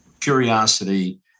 curiosity